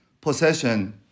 possession